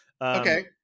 Okay